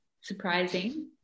surprising